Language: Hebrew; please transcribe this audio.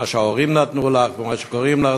מה שההורים נתנו לך ואיך שקוראים לך.